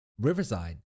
Riverside